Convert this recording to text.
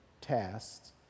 tasks